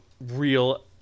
real